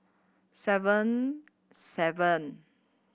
seven seven